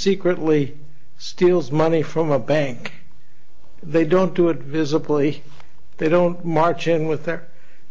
secretly steals money from a bank they don't do it visibly they don't march in with their